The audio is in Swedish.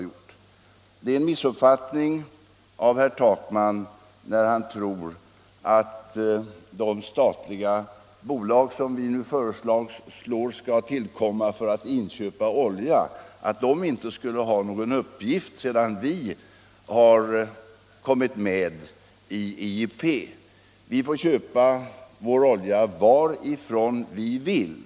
Det är en missuppfattning av herr Takman när han tror att de statliga bolag, som vi nu föreslår skall tillkomma för att inköpa olja, inte skulle ha någon uppgift sedan vi har kommit med i IEP. Vi får köpa vår olja varifrån vi vill.